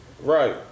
Right